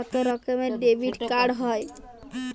কত রকমের ডেবিটকার্ড হয়?